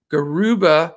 Garuba